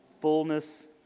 fullness